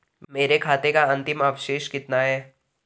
मेरे खाते का अंतिम अवशेष कितना है?